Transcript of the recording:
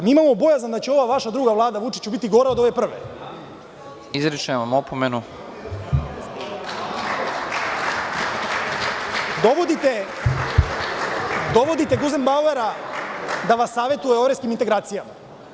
Mi imamo bojazan da će ova vaša druga vlada, Vučiću, biti gora od ove prve. (Predsednik: Izričem vam opomenu.) Dovodite Guzenbauera da vas savetuje o evropskim integracijama.